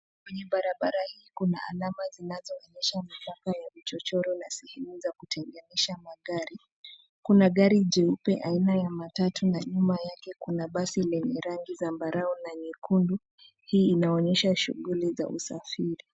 Kwenye barabara hii kuna alama zinazoonyesha mipaka ya vichochoro na sehemu za kutenganisha magari. Kuna gari jeupe aina ya matatu na nyuma yake kuna basi lenye rangi zambarau na nyekundu. Hii inaonyesha shughuli za usafiri.